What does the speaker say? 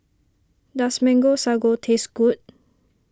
does Mango Sago taste good